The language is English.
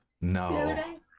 no